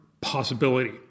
possibility